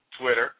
Twitter